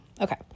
okay